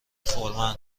فورمن